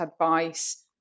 advice